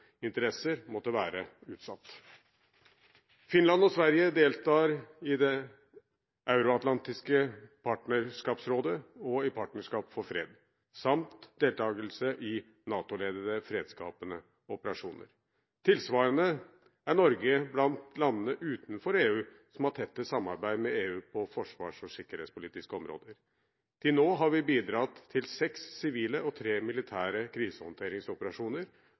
interesser måtte være utsatt. Finland og Sverige deltar i Det euroatlantiske partnerskapsråd og i Partnerskap for fred samt i NATO-ledede fredsskapende operasjoner. Tilsvarende er Norge blant landene utenfor EU som har tettest samarbeid med EU på forsvars- og sikkerhetspolitiske områder. Til nå har vi bidratt til seks sivile og tre militære krisehåndteringsoperasjoner,